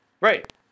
Right